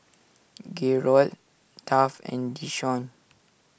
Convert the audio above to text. Gerold Taft and Deshawn